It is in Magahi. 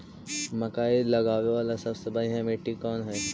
मकई लगावेला सबसे बढ़िया मिट्टी कौन हैइ?